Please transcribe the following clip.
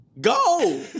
Go